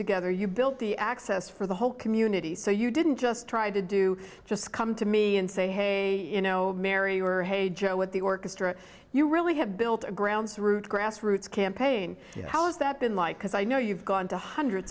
together you built the access for the whole community so you didn't just try to do just come to me and say hey you know mary or hey joe with the orchestra you really have built a grounds root grass roots campaign how has that been like because i know you've gone to hundreds